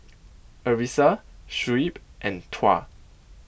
Arissa Shuib and Tuah